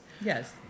Yes